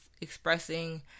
expressing